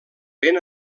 ben